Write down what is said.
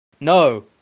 no